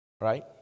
Right